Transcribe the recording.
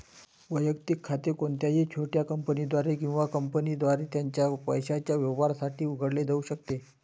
वैयक्तिक खाते कोणत्याही छोट्या कंपनीद्वारे किंवा कंपनीद्वारे त्याच्या पैशाच्या व्यवहारांसाठी उघडले जाऊ शकते